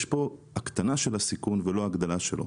יש פה הקטנה של הסיכון ולא הגדלה שלו.